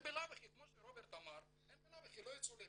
בלאו הכי, כמו שרוברט אמר, הם לא יצאו לרחובות,